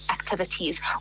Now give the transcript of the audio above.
activities